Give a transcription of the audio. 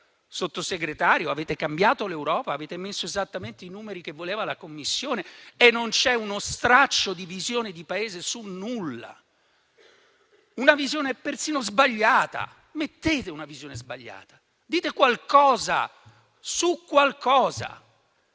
Sottosegretario, avete cambiato l'Europa? Avete messo esattamente i numeri che voleva la Commissione e non c'è uno straccio di visione di Paese su nulla. Persino una visione sbagliata: mettete una visione sbagliata, dite qualcosa su qualcosa.